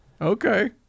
okay